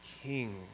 king